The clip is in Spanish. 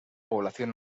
población